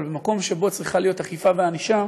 אבל במקום שבו צריכה להיות אכיפה וענישה,